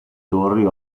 torri